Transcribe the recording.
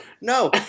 no